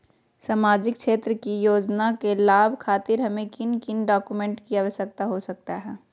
सामाजिक क्षेत्र की योजनाओं के लाभ खातिर हमें किन किन डॉक्यूमेंट की आवश्यकता हो सकता है?